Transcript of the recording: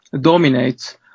dominates